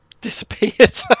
Disappeared